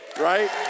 right